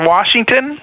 Washington